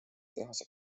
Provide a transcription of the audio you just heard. tehase